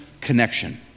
connection